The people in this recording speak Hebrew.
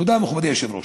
תודה, מכובדי היושב-ראש.